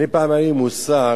פעם היה לי מושג,